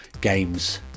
games